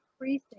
increasing